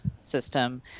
system